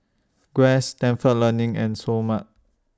Guess Stalford Learning and Seoul Mart